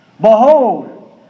Behold